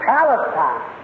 Palestine